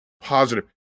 positive